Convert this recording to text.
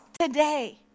today